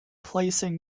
placing